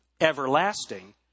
Everlasting